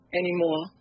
anymore